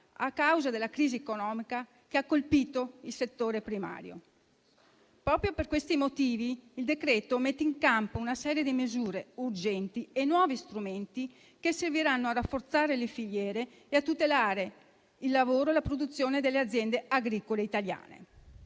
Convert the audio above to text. a causa della crisi economica che ha colpito il settore primario. Proprio per questi motivi il decreto-legge mette in campo una serie di misure urgenti e nuovi strumenti che serviranno a rafforzare le filiere e a tutelare il lavoro e la produzione delle aziende agricole italiane.